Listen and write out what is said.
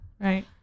Right